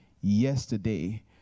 yesterday